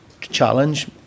challenge